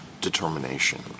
determination